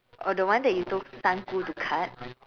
oh the one that you told san gu to cut